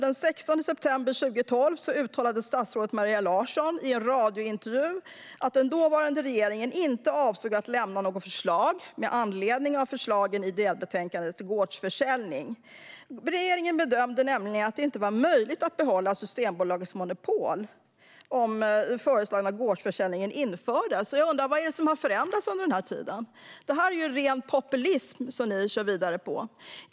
Den 16 september 2012 uttalade statsrådet Maria Larsson i en radiointervju att den dåvarande regeringen inte avsåg att lämna något förslag med anledning av förslagen i delbänkandet om gårdsförsäljning. Regeringen bedömde nämligen att det inte var möjligt att behålla Systembolagets monopol om den föreslagna gårdsförsäljningen infördes. Vad är det som har förändrats under den här tiden? Det här är ju ren populism som ni kör vidare på.